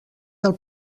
del